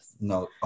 No